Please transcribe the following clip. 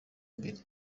imbere